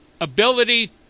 ability